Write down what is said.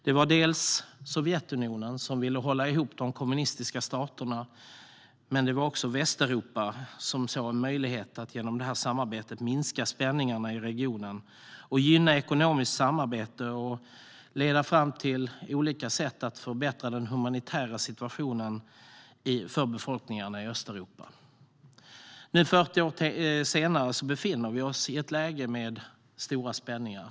Det var Sovjetunionen som ville hålla ihop de kommunistiska staterna, men det var också Västeuropa som såg en möjlighet att genom detta samarbete minska spänningarna i regionen och gynna ekonomiskt samarbete som skulle leda fram till olika sätt att förbättra den humanitära situationen för befolkningarna i Östeuropa. Nu, 40 år senare, befinner vi oss i ett läge med stora spänningar.